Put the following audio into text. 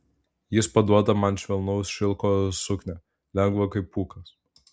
jis paduoda man švelnaus šilko suknią lengvą kaip pūkas